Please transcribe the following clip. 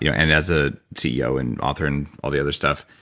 you know and as a ceo and author and all the other stuff,